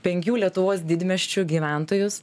penkių lietuvos didmiesčių gyventojus